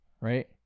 right